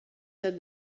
said